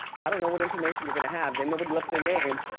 i don't know what information you're gonna have, and nobody left their names.